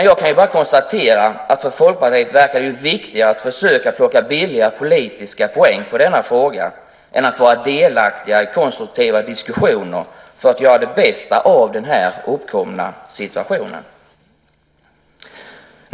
Jag kan bara konstatera att det för Folkpartiet verkar viktigare att försöka plocka billiga politiska poäng på frågan än att vara delaktig i konstruktiva diskussioner för att göra det bästa av den uppkomna situationen.